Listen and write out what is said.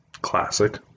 classic